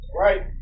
Right